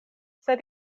sed